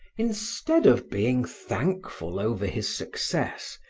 instead of being thankful over his success,